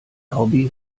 hobby